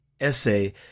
essay